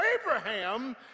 Abraham